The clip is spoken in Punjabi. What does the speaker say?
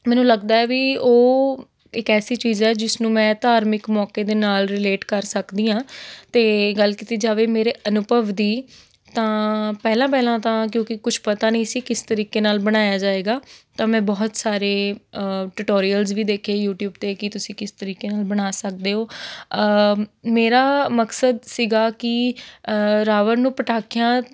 ਮੈਨੂੰ ਲੱਗਦਾ ਵੀ ਉਹ ਇੱਕ ਐਸੀ ਚੀਜ਼ ਹੈ ਜਿਸਨੂੰ ਮੈਂ ਧਾਰਮਿਕ ਮੌਕੇ ਦੇ ਨਾਲ ਰਿਲੇਟ ਕਰ ਸਕਦੀ ਹਾਂ ਅਤੇ ਗੱਲ ਕੀਤੀ ਜਾਵੇ ਮੇਰੇ ਅਨੁਭਵ ਦੀ ਤਾਂ ਪਹਿਲਾਂ ਪਹਿਲਾਂ ਤਾਂ ਕਿਉਂਕਿ ਕੁਛ ਪਤਾ ਨਹੀਂ ਸੀ ਕਿਸ ਤਰੀਕੇ ਨਾਲ ਬਣਾਇਆ ਜਾਵੇਗਾ ਤਾਂ ਮੈਂ ਬਹੁਤ ਸਾਰੇ ਟਟੋਰੀਅਲਸ ਵੀ ਦੇਖੇ ਯੂਟੀਊਬ 'ਤੇ ਕਿ ਤੁਸੀਂ ਕਿਸ ਤਰੀਕੇ ਨਾਲ ਬਣਾ ਸਕਦੇ ਹੋ ਮੇਰਾ ਮਕਸਦ ਸੀਗਾ ਕਿ ਰਾਵਣ ਨੂੰ ਪਟਾਕਿਆਂ